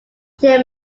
then